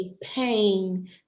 pain